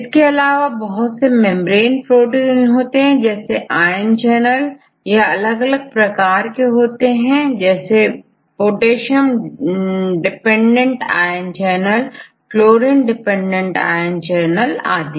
इसके अलावा बहुत से मेंब्रेन प्रोटीन होते हैं जैसे आयन चैनल यह अलग अलग प्रकार के होते हैं जैसेपोटेशियम dependent ion channel chlorine dependent ion channel आदि